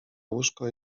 łóżko